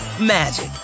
magic